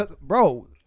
bro